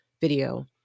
video